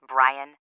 Brian